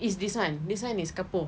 is this [one] this [one] is kapur